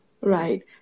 Right